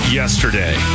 yesterday